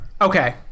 Okay